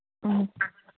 ꯑꯧ